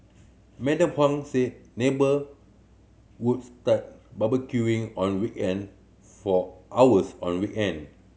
Madam Huang said neighbour would start barbecuing on weekend for hours on we end